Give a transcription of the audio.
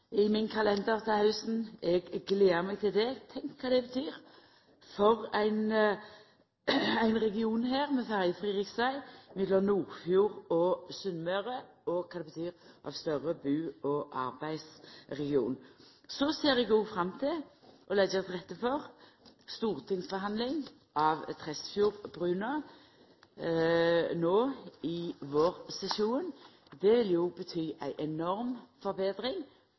i kalenderen min til hausten, eg gler meg til det. Tenk kva det betyr for ein region med ferjefri riksveg mellom Nordfjord og Sunnmøre, og kva det betyr for ein større bu- og arbeidsregion! Så ser eg òg fram til å leggja til rette for stortingsbehandling av Tresfjordbrua no i vårsesjonen. Det vil bety ei enorm forbetring